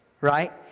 right